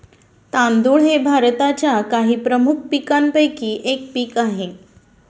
तांदूळ हे भारताच्या काही प्रमुख पीकांपैकी एक पीक आहे